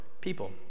people